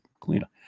cleaner